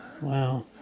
Wow